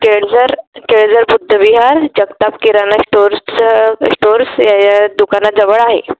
केळझर केळझर बुद्धविहार जगताप किराणा स्टोर्सचं स्टोर्स या या दुकानाजवळ आहे